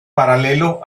paralelo